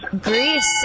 Greece